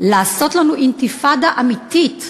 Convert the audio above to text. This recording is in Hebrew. לעשות לנו "אינתיפאדה אמיתית",